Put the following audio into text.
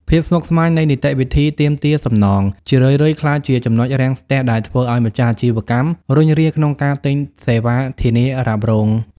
ភាពស្មុគស្មាញនៃនីតិវិធីទាមទារសំណង ជារឿយៗក្លាយជាចំណុចរាំងស្ទះដែលធ្វើឱ្យម្ចាស់អាជីវកម្មរុញរាក្នុងការទិញសេវាធានារ៉ាប់រង។